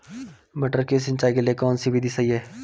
मटर की सिंचाई के लिए कौन सी विधि सही है?